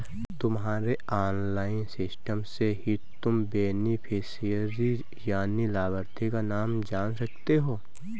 तुम्हारे online system से ही तुम बेनिफिशियरी यानि लाभार्थी का नाम जान सकते हो